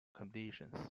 conditions